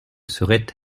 seraient